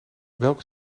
welk